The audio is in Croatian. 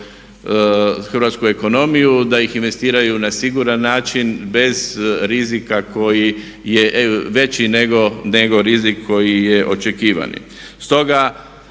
hrvatsku ekonomiju, da ih investiraju na siguran način bez rizika koji je veći nego rizik koji je očekivani.